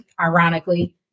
ironically